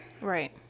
Right